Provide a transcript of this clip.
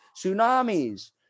tsunamis